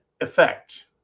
effect